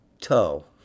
toe